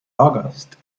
august